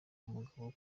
umugabo